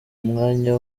umwanya